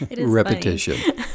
Repetition